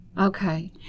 Okay